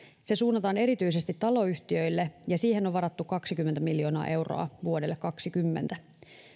se suunnataan erityisesti taloyhtiöille ja siihen on varattu kaksikymmentä miljoonaa euroa vuodelle kaksikymmentä